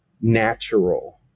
natural